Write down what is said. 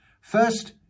First